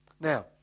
Now